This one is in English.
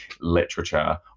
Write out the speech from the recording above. literature